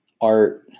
art